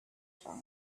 die